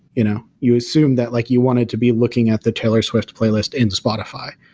you know you assume that like you wanted to be looking at the taylor swift playlist in spotify,